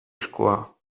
szkła